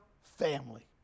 family